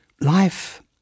Life